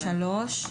(3),